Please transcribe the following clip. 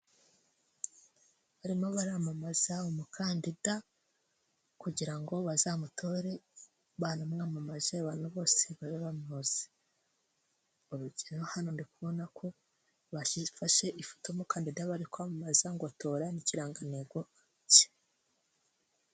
Barimo baramamaza umukandida kugira ngo bazamutore, banamwamamaje abantu bose babe bamuzi, urugero hano ndi kubona ko bafashe ifoto y'umukandida bari kwamamaza ngo tora n'ikirangantego cye.